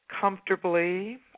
comfortably